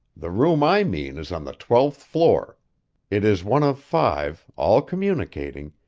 the room i mean is on the twelfth floor it is one of five, all communicating,